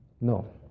no